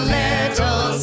little